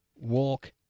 walk